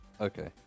Okay